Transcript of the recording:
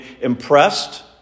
impressed